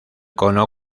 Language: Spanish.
cono